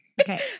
Okay